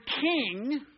king